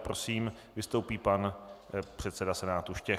Prosím vystoupí pan předseda Senátu Štěch.